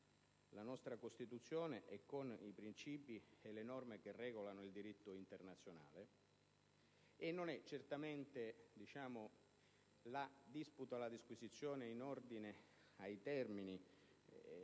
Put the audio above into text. la nostra Costituzione e con i principi e le norme che regolano il diritto internazionale. Non è certamente la disputa o la disquisizione in ordine ai termini